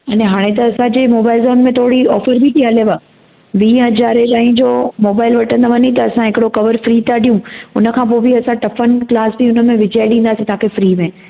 अने हाणे त असांजो मोबाइल जोन में थोरी ऑफर बि थी हलेव वीह हज़ारे ताईं जो मोबाइल वठंदव न असां हिकिड़ो कवर फ्री ता ॾियूं उनखां पोइ बि असां टफन ग्लास हुनमें विझाइ ॾींदासीं तव्हांखे फ्री में